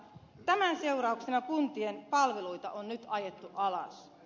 tämän seurauksena kuntien palveluita on nyt ajettu alas